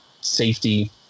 safety